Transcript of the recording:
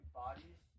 bodies